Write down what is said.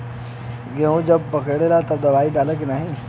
गेहूँ जब पकेला तब दवाई डाली की नाही?